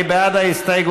מי בעד ההסתייגות,